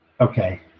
okay